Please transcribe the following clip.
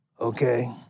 okay